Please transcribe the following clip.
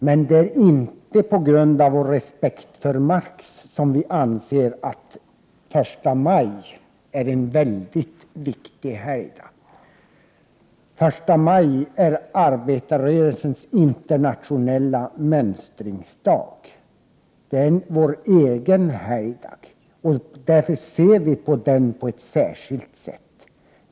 Men det är inte på grund av vår respekt för Marx som vi anser att första maj är en mycket viktig helgdag — första maj är arbetarrörelsens internationella mönstringsdag. Det är vår egen helgdag, och därför ser vi på den på ett särskilt sätt.